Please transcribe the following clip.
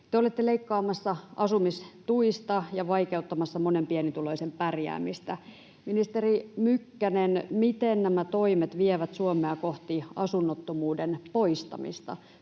Te olette leikkaamassa asumistuista ja vaikeuttamassa monen pienituloisen pärjäämistä. Ministeri Mykkänen, miten nämä toimet vievät Suomea kohti asunnottomuuden poistamista?